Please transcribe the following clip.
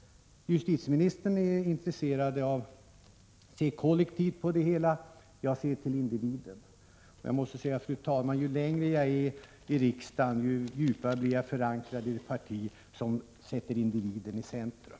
Justitieministern är intresserad av att se kollektivt på det hela — jag ser till individen. Och jag måste säga, fru talman, att ju längre jag är i riksdagen, desto djupare blir jag förankrad i det parti som sätter individen i centrum.